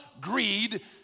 greed